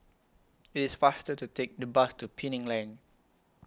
IT IS faster to Take The Bus to Penang Lane